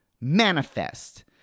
Manifest